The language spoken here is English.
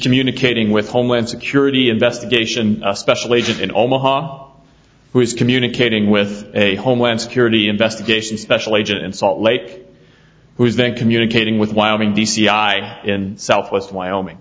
communicating with homeland security investigation especially agent in omaha who is communicating with a homeland security investigation special agent in salt lake who's been communicating with wyoming d c i in southwest wyoming